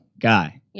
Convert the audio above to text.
guy